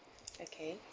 okay